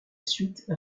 suite